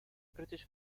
british